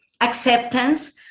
acceptance